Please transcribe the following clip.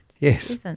Yes